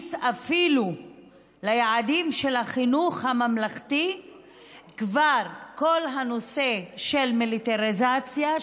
להכניס אפילו ליעדים של החינוך הממלכתי כבר את כל הנושא של מיליטריזציה,